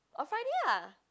or Friday lah